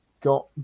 got